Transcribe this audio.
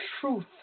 truth